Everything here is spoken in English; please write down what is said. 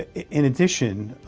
in addition,